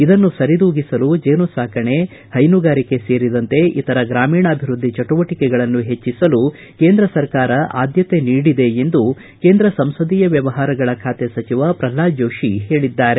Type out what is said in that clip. ಇದನ್ನು ಸರಿದೂಗಿಸಲು ಜೇನುಸಾಕಣೆ ಪೈನುಗಾರಿಕೆ ಸೇರಿದಂತೆ ಇತರ ಗ್ರಾಮೀಣಾಭಿವೃದ್ಧಿ ಚಟುವಟಿಕೆಗಳನ್ನು ಹೆಚ್ಚಿಸಲು ಕೇಂದ್ರ ಸರ್ಕಾರ ಆದ್ದತೆ ನೀಡಿದೆ ಎಂದು ಕೇಂದ್ರ ಸಂಸದೀಯ ವ್ಯವಹಾರಗಳ ಖಾತೆ ಸಚಿವ ಪ್ರಲ್ಪಾದ ಜೋಶಿ ಹೇಳಿದ್ದಾರೆ